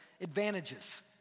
advantages